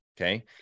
okay